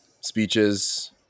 speeches